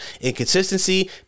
Inconsistency